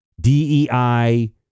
DEI